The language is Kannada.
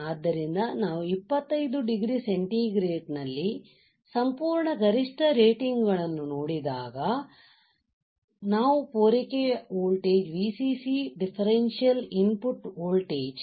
ಆದ್ದರಿಂದ ನಾವು 25 ಡಿಗ್ರಿ ಸೆಂಟಿಗ್ರೇಡ್ ನಲ್ಲಿ ಸಂಪೂರ್ಣ ಗರಿಷ್ಠ ರೇಟಿಂಗ್ ಗಳನ್ನು ನೋಡಿದಾಗ ನಾವು ಪೂರೈಕೆ voltage Vcc differential input voltage